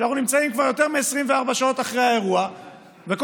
שאנחנו נמצאים כבר יותר מ-24 שעות אחרי האירוע וכל